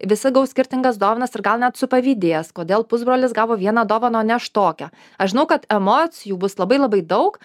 visi gaus skirtingas dovanas ir gal net supavydės kodėl pusbrolis gavo vieną dovaną o ne aš tokią aš žinau kad emocijų bus labai labai daug